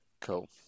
Cool